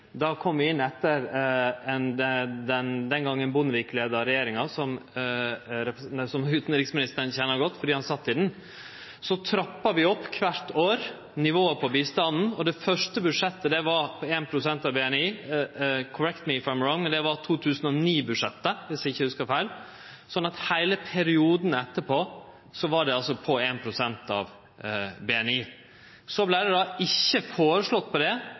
gongen kom vi inn etter Bondevik-regjeringa – som utanriksministeren kjenner godt, for han sat i den – og så trappa vi opp, kvart år, nivået på bistanden. Det første budsjettet var på 1 pst. av BNI – «correct me if I am wrong», men det var 2009-budsjettet, viss eg ikkje hugsar feil – slik at heile perioden etterpå var det på 1 pst. av BNI. Så vart det først ikkje føreslått noko då den nye regjeringa kom inn, men rosverdig vedteke på det